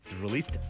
released